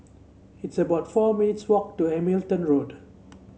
it's about four minutes' walk to Hamilton Road